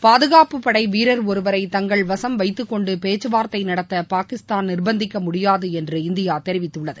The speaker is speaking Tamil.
பாதுகாப்புப் படை வீரர் ஒருவரை தங்கள் வசம் வைத்துக் கொண்டு பேச்சு வார்த்தை நடத்த பாகிஸ்தான் நிர்பந்திக்க முடியாது என்று இந்தியா தெரிவித்துள்ளது